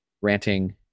ranting